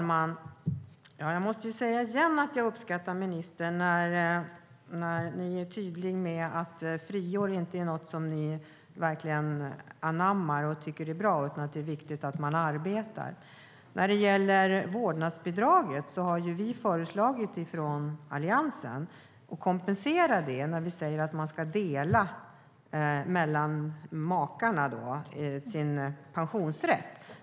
Fru talman! Jag uppskattar att ministern är tydlig med att friår inte är något som ni anammar och tycker är bra utan att det är viktigt att man arbetar. När det gäller vårdnadsbidraget har vi i Alliansen föreslagit att man ska kompensera det genom att man ska dela pensionsrätten mellan makarna.